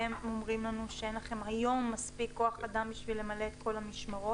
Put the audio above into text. והם אומרים לנו שאין לכם היום מספיק כוח אדם בשביל למלא את כל המשמרות.